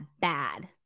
bad